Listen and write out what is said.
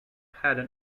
had